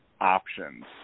options